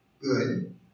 good